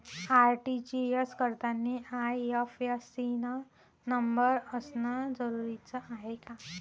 RTGS करतांनी IFSC न number असनं जरुरीच हाय का?